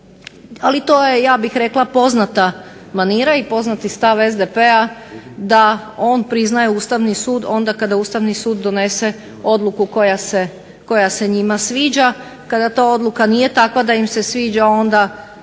ali to je ja bih rekla poznata manira i poznati stav SDP-a da on priznaje Ustavni sud onda kada Ustavni sud donese odluku koja se njima sviđa. Kada ta odluka nije takva da im se sviđa onda